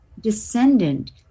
descendant